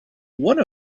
one